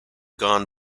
gone